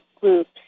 groups